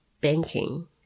banking